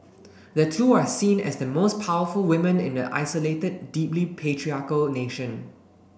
the two are seen as the most powerful women in the isolated deeply patriarchal nation